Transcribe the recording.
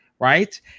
right